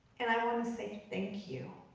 and i wanna say thank you.